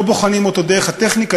לא בוחנים אותו דרך הטכניקה,